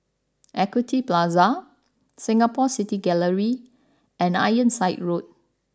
Equity Plaza Singapore City Gallery and Ironside Road